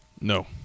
No